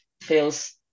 feels